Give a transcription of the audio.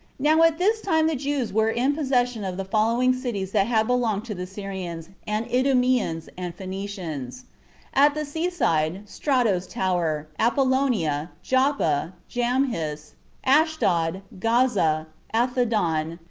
now at this time the jews were in possession of the following cities that had belonged to the syrians, and idumeans, and phoenicians at the sea-side, strato's tower, apollonia, joppa, jamhis, ashdod, gaza, anthedon,